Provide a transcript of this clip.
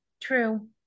True